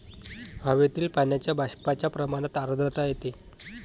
हवेतील पाण्याच्या बाष्पाच्या प्रमाणात आर्द्रता येते